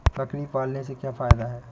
बकरी पालने से क्या फायदा है?